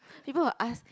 people will ask